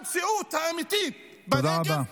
המציאות האמיתית בנגב, תודה רבה.